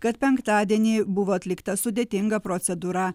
kad penktadienį buvo atlikta sudėtinga procedūra